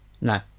No